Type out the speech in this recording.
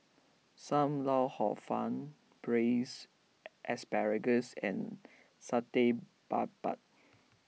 Sam Lau Hor Fun Braised Asparagus and Satay Babat